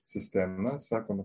sistema sakome